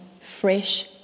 fresh